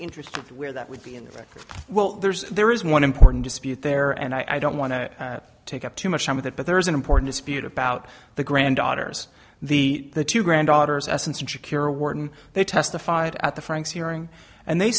interested where that would be and well there's there is one important dispute there and i don't want to take up too much time with it but there is an important spirit about the granddaughters the the two granddaughters essence and secure warden they testified at the franks hearing and they